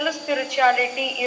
spirituality